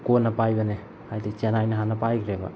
ꯀꯣꯟꯅ ꯄꯥꯏꯕꯅꯦ ꯍꯥꯏꯗꯤ ꯆꯦꯟꯅꯥꯏꯅ ꯍꯥꯟꯅ ꯄꯥꯏꯈ꯭ꯔꯦꯕ